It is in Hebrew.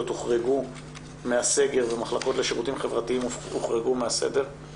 הוחרגו מהסגר והמחלקות לשירותים חברתיים הוחרגו מהסגר,